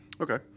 Okay